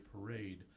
Parade